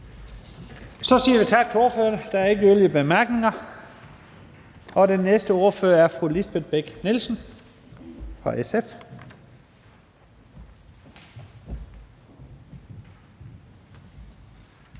Så siger vi tak til ordføreren. Der er ikke flere korte bemærkninger. Den næste ordfører er fru Lisbeth Bech-Nielsen fra SF.